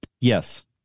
Yes